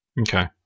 Okay